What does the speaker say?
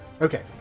Okay